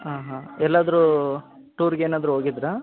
ಹಾಂ ಹಾಂ ಎಲ್ಲಾದರೂ ಟೂರ್ಗೆ ಏನಾದರೂ ಹೋಗಿದ್ದಿರಾ